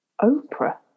Oprah